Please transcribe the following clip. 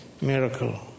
miracle